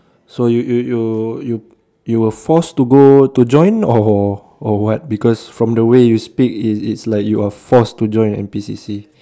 so you you you you you were forced to go to join or or what because from the way you speak it it's like you are forced to join N_P_C_C